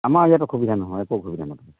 আমাৰ ইয়াত অসুবিধা নহয় একো অসুবিধা নহয়